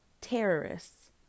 terrorists